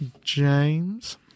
James